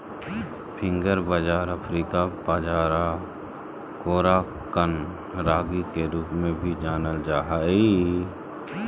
finger बाजरा अफ्रीकी बाजरा कोराकन रागी के रूप में भी जानल जा हइ